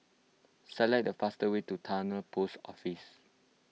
select the fastest way to Towner Post Office